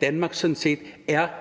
Danmark lige nu er